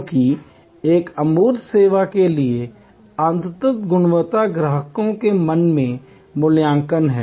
क्योंकि एक अमूर्त सेवा के लिए अंततः गुणवत्ता ग्राहकों के मन में मूल्यांकन है